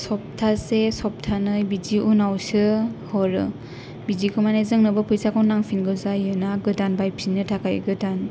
सबथासे सबथानै बिदि उनाव सो हरो बिदिखौ माने जोंनोबो फैसा खौ नांफिनगौ जायोना गोदान बायफिननो थाखाय